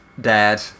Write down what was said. dad